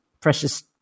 precious